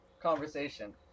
conversation